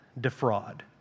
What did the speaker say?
defraud